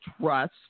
trust